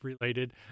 related